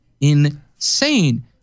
insane